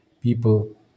people